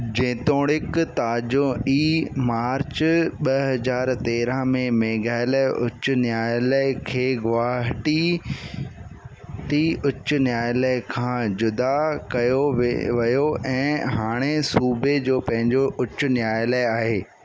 जेतोणीकि ताज़ो ई मार्च ॿ हज़ार तेरहां में मेघालय उच्च न्यायालय खे गुवाहाटी उच्च न्यायालय खां जुदा कयो वे वियो ऐं हाणे सूबे जो पंहिंजो उच्च न्यायालय आहे